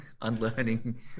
unlearning